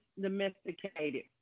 domesticated